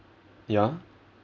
ya